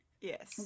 Yes